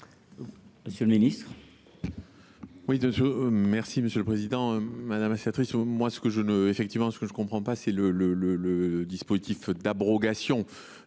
monsieur le ministre,